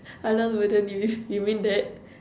halal burden you mean you mean that